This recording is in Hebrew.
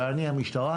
ואני המשטרה,